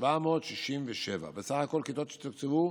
767. סך הכיתות שתוקצבו,